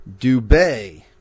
Dubay